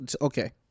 Okay